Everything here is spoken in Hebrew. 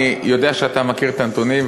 אני יודע שאתה מכיר את הנתונים,